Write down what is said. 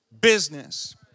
business